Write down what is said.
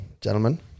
gentlemen